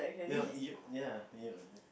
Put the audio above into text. you know you ya you